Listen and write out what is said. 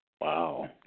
Wow